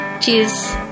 Cheers